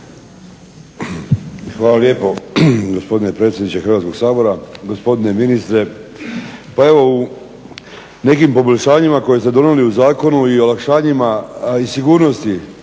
Hvala lijepo gospodine predsjedniče Hrvatskog sabora. Gospodine ministre. Pa evo u nekim poboljšanjima koje ste donijeli u zakonu i olakšanjima i sigurnosti